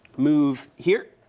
move here.